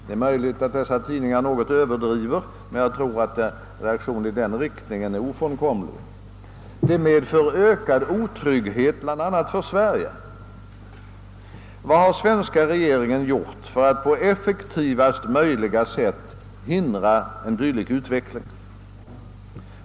Det är möjligt att dessa tidningar något överdriver, men jag tror att en reaktion i den riktningen är ofrånkomlig. Det medför ökad otrygghet för bl.a. Sverige. Vad har svenska regeringen gjort för att på effektivast möjliga sätt hindra en dylik utveckling?